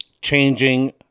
changing